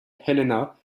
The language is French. helena